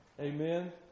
Amen